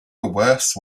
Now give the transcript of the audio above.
worse